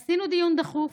עשינו דיון דחוף